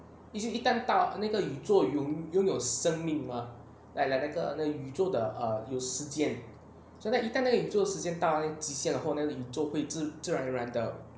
一但到那个宇宙拥有生命 mah like like 那个宇宙的 err 有时间所以一但那个宇宙时间极限到那个宇宙自然而然的